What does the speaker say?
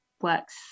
works